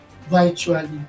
virtually